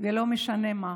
ולא משנה מה.